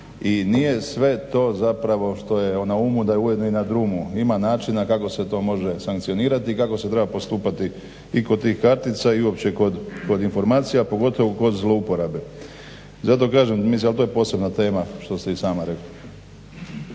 i nije sve to zapravo što je na umu da je ujedno i na drumu. Ima načina kako se to može sankcionirati i kako se treba postupati i kod tih kartica i uopće kod informacija, pogotovo kod zlouporabe. Zato kažem ali to je posebna tema, što ste i sama rekli.